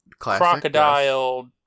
Crocodile